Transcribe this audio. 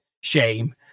shame